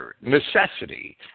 necessity